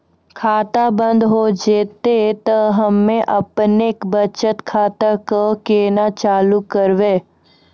खाता बंद हो जैतै तऽ हम्मे आपनौ बचत खाता कऽ केना चालू करवै?